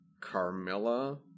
Carmilla